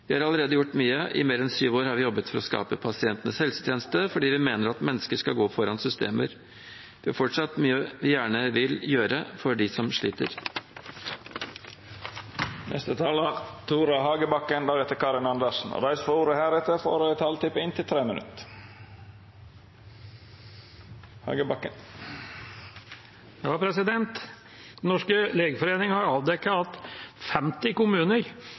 Vi har allerede gjort mye. I mer enn syv år har vi jobbet for å skape pasientenes helsetjeneste fordi vi mener at mennesker skal gå foran systemer. Det er fortsatt mye vi gjerne vil gjøre for dem som sliter. Dei som heretter får ordet, har ei taletid på inntil 3 minutt. Den norske legeforening har avdekket at 50 kommuner